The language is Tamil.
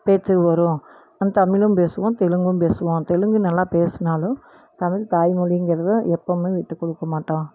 பேச்சு வரும் ஆனால் தமிழும் பேசுவோம் தெலுங்கும் பேசுவோம் தெலுங்கு நல்லா பேசுனாலும் தமிழ் தாய்மொழிங்கிறது எப்போவுமே விட்டு கொடுக்க மாட்டோம்